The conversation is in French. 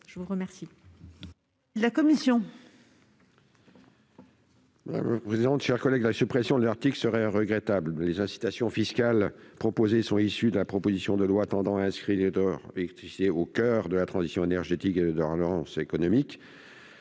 je vous remercie